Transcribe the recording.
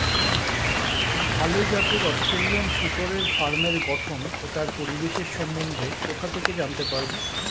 ভাল জাতের অস্ট্রেলিয়ান শূকরের ফার্মের গঠন ও তার পরিবেশের সম্বন্ধে কোথা থেকে জানতে পারবো?